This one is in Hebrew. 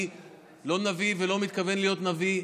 אני לא נביא ואני לא מתכוון להיות נביא,